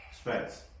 Spence